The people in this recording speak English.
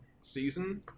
season